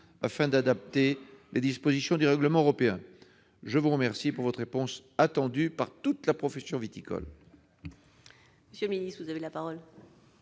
afin d'adapter les dispositions du règlement européen ? Je vous remercie de votre réponse, attendue par toute la profession viticole.